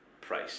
price